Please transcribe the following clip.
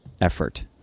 effort